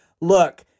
look